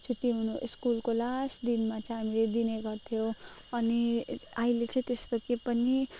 छुट्टी हुनु स्कुलको लास्ट दिनमा चाहिँ हामीले दिने गर्थ्यो अनि अहिले चाहिँ त्यस्तो के पनि